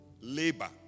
Labor